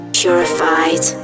purified